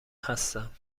هستم